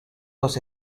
dos